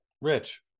Rich